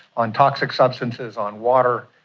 on toxic substances, on water,